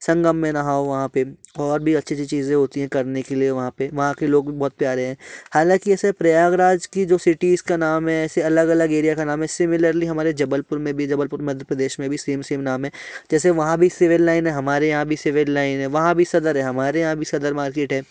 संगम में नहाओ वहाँ पे और भी अच्छी अच्छी सी चीज़ें होती हैं करने के लिए वहाँ पे वहाँ के लोग भी बहुत प्यारे हैं हालाँकि इसे प्रयागराज कि जो सिटी इसका जो नाम है ऐसे अलग अलग एरिया का नाम है सिमिलरली हमारे जबलपुर में मध्य प्रदेश में भी सेम सेम नाम है जैसे वहाँ भी सिविल लाइन है हमारे यहाँ भी सिविल लाइन है वहाँ भी सदर है हमारे यहाँ भी सदर मार्किट है